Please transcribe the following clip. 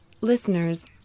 Listeners